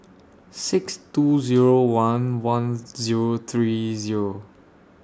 six two Zero one one Zero three Zero